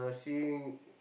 seeing